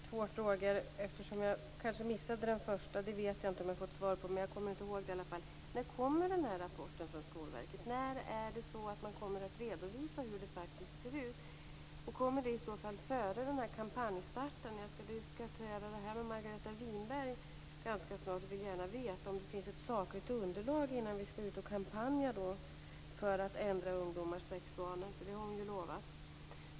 Fru talman! Jag har två frågor. Jag kanske missade svaret på den första, jag vet inte om jag har fått svar på den. Jag kommer i alla fall inte ihåg. När kommer rapporten från Skolverket? När kommer man att redovisa hur det faktiskt ser ut? Kommer den före kampanjstarten? Jag skall snart diskutera frågan med Margareta Winberg, och jag vill gärna veta om det finns sakligt underlag innan vi börjar en kampanj för att ändra ungdomars sexualvanor.